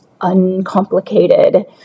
uncomplicated